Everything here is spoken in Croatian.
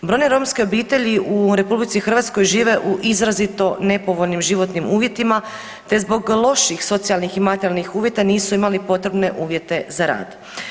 Brojne romske obitelji u RH žive u izrazito nepovoljnim životnim uvjetima, te zbog loših socijalnih i materijalnih uvjeta nisu imali potrebne uvjete za rad.